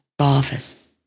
office